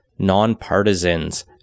nonpartisans